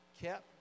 Kept